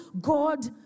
God